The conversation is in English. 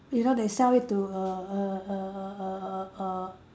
you know they sell it to a a a a a a a